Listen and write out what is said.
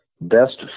best